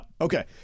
Okay